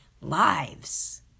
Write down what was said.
lives